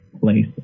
place